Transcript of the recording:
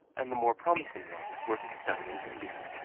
and the more promising ones were to study in india.